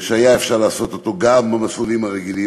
שאפשר היה אפשר לעשות אותו גם במסלולים הרגילים,